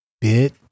bit